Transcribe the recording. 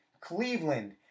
Cleveland